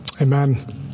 amen